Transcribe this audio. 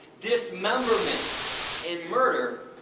dismemberment and murder,